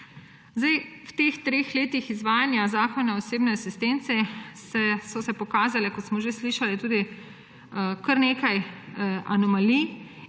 V teh treh letih izvajanja Zakona o osebni asistenci se je pokazalo, kot smo že slišali tudi, kar nekaj anomalij